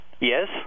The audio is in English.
yes